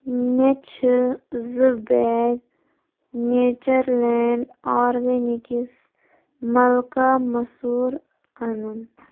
مےٚ چھ زٕ بیگ نیچرلینٛڈ آرگینِکس ملکا مسوٗر اَنُن